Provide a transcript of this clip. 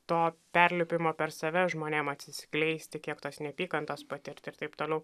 to perlipimo per save žmonėms atsiskleisti kiek tos neapykantos patirti ir taip toliau